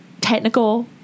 technical